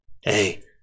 Hey